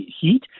heat